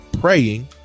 praying